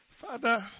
Father